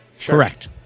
Correct